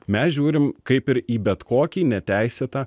mes žiūrim kaip ir į bet kokį neteisėtą